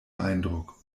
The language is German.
eindruck